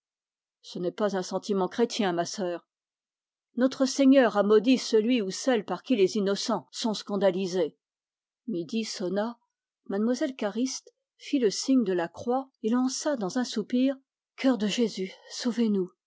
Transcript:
ce n'est pas un sentiment chrétien ma sœur notre seigneur a maudit celui ou celle par qui les innocents sont scandalisés midi sonna mlle cariste fit le signe de la croix et lança dans un soupir cœur de jésus sauvez-nous